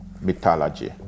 mythology